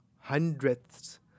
hundredths